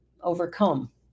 overcome